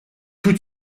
tout